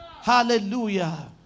Hallelujah